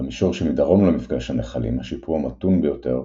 במישור שמדרום למפגש הנחלים השיפוע מתון ביותר,